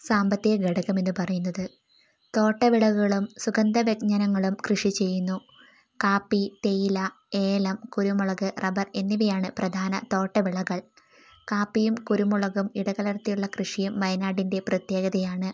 സാമ്പത്തിക ഘടകമെന്ന് പറയുന്നത് തോട്ടവിളകളും സുഗന്ധവ്യഞ്ജനങ്ങളും കൃഷി ചെയ്യുന്നു കാപ്പി തേയില ഏലം കുരുമുളക് റബ്ബർ എന്നിവയാണ് പ്രധാന തോട്ടവിളകൾ കാപ്പിയും കുരുമുളകും ഇടകലർത്തിയുള്ള കൃഷിയും വയനാടിൻ്റെ പ്രത്യേകതയാണ്